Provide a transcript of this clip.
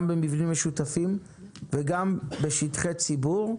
גם במבנים משותפים וגם בשטחי ציבור,